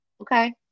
Okay